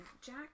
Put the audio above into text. Jack